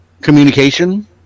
communication